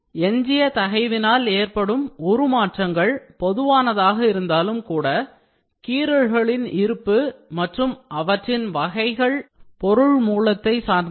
எஞ்சிய தகைவினால் ஏற்படும் உருமாற்றங்கள் பொதுவானதாக இருந்தாலும் கூட கீரல்களின் இருப்பு மற்றும் அவற்றின் வகைகள் பொருள் மூலத்தை சார்ந்தவை